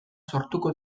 sortuko